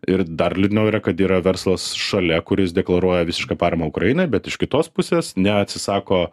ir dar liūdniau yra kad yra verslas šalia kuris deklaruoja visišką paramą ukrainai bet iš kitos pusės neatsisako